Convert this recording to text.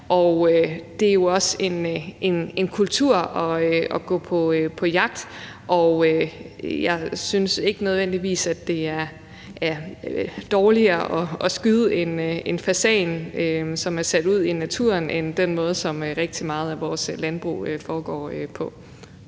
Det er jo også en kultur at gå på jagt, og jeg synes ikke nødvendigvis, at skydning af fasaner, som er sat ud i naturen, er værre end den måde, som rigtig meget af vores landbrug fungerer på.